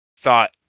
thought